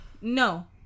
No